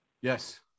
Yes